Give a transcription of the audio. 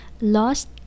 lost